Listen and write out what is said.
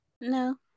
no